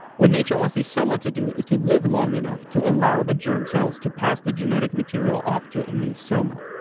what nature wants the soma to do is to live long enough to allow the germ cells to pass the genetic material off to a new soma.